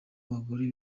abagore